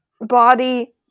body